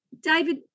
David